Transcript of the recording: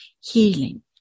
healing